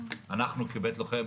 אנחנו כבית לוחם,